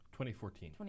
2014